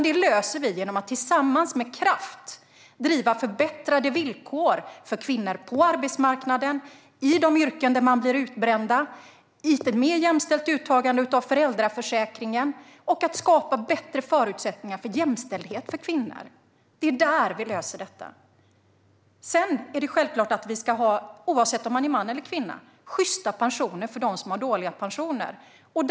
Det löser vi genom att tillsammans med kraft driva frågan om förbättrade villkor för kvinnor på arbetsmarknaden i de yrken där man blir utbränd, genom ett mer jämställt uttagande av föräldraförsäkringen och genom att skapa bättre förutsättningar för jämställdhet för kvinnor. Det är där och så vi löser detta. Sedan är det självklart att vi ska ha sjysta villkor för dem som har dåliga pensioner oavsett om de är män eller kvinnor.